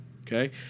okay